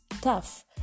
tough